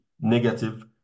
negative